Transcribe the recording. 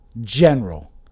General